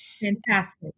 Fantastic